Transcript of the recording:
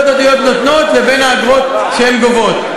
הדתיות נותנות לבין האגרות שהן גובות.